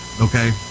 Okay